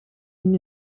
ihn